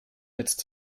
jetzt